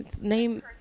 name